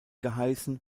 geheißen